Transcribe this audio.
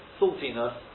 saltiness